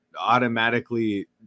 automatically